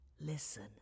Listen